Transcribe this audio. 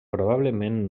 probablement